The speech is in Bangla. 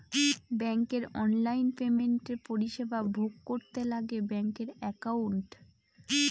ব্যাঙ্কের অনলাইন পেমেন্টের পরিষেবা ভোগ করতে লাগে ব্যাঙ্কের একাউন্ট